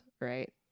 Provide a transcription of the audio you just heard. right